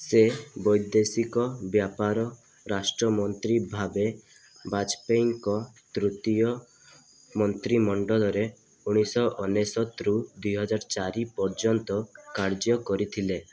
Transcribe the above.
ସେ ବୈଦେଶିକ ବ୍ୟାପାର ରାଷ୍ଟ୍ରମନ୍ତ୍ରୀ ଭାବେ ବାଜପେୟୀଙ୍କ ତୃତୀୟ ମନ୍ତ୍ରୀମଣ୍ଡଳରେ ଉଣେଇଶହ ଅନେଶତରୁ ଦୁଇହଜାର ଚାରି ପର୍ଯ୍ୟନ୍ତ କାର୍ଯ୍ୟ କରିଥିଲେ